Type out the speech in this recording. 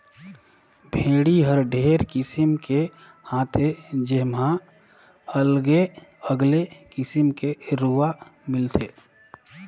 भेड़ी हर ढेरे किसिम के हाथे जेम्हा अलगे अगले किसिम के रूआ मिलथे